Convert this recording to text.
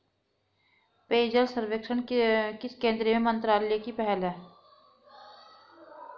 पेयजल सर्वेक्षण किस केंद्रीय मंत्रालय की पहल है?